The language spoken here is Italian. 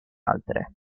altre